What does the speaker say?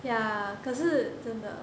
ya 可是真的